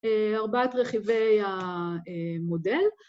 ‫ארבעת רכיבי המודל.